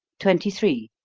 twenty three.